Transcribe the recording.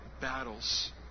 battles